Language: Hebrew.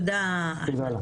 תודה.